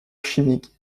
chimique